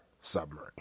submarine